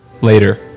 Later